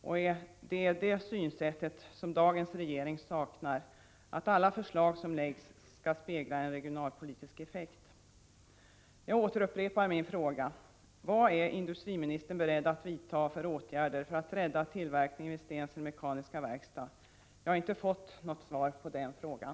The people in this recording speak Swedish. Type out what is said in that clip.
Och det är det synsättet som dagens regering saknar, att alla förslag som läggs skall spegla en regionalpolitisk effekt. Jag återupprepar min fråga: Vilka åtgärder är industriministern beredd att vidta för att rädda tillverkningen vid Stensele Mekaniska Verkstad? Jag har inte fått något svar på den frågan.